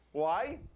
why?